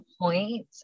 point